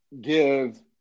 give